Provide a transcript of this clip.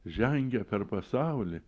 žengia per pasaulį